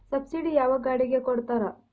Subsidy ಯಾವ ಗಾಡಿಗೆ ಕೊಡ್ತಾರ?